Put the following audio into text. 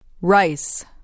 Rice